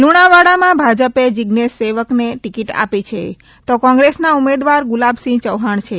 લુણાવાડામાં ભાજપે જીએશ સેવકને ટિકિટ આપી છે તો કોંગ્રેસના ઉમેદવાર ગુલાબસિંહ ચૌહાણ છે